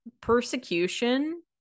Persecution